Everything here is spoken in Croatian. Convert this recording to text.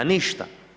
Ništa.